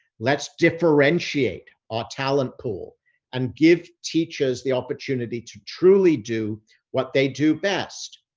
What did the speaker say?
let's differentiate our talent pool and give teachers the opportunity to truly do what they do best.